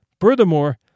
Furthermore